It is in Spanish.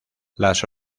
las